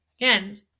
again